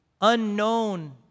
unknown